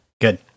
Good